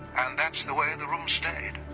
and that's the way and the room stayed.